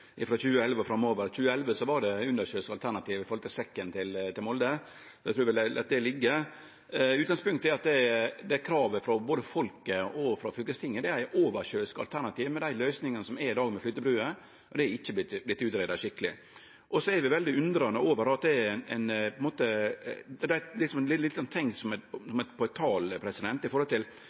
2011 og framover. I 2011 var det undersjøiske alternativet frå Sekken til Molde. Eg trur vi lèt det liggje. Utgangspunktet er at kravet frå både folket og fylkestinget er eit oversjøisk alternativ med dei løysingane som er i dag med flytebruer, men det er ikkje vorte utgreidd skikkeleg. Og vi er veldig undrande til at det er litt som tenk-på-eit-tal, for ein kuttar i kostnadene, og så viser det seg at det ikkje er prosjektert. Eit stort spørsmål som eg ønskjer at statsråden svarar på